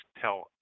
tell